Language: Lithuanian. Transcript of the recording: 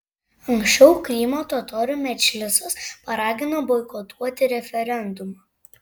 anksčiau krymo totorių medžlisas paragino boikotuoti referendumą